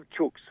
chooks